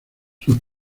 sus